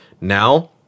Now